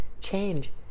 change